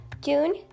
June